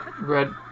red